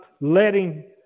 letting